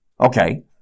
okay